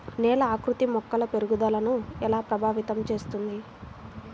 నేల ఆకృతి మొక్కల పెరుగుదలను ఎలా ప్రభావితం చేస్తుంది?